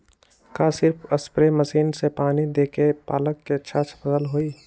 का सिर्फ spray machine से पानी देके पालक के अच्छा फसल होई?